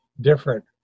different